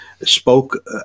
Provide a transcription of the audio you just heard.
spoke